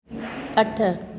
अठ